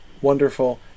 wonderful